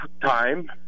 time